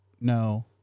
No